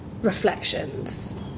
reflections